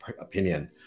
opinion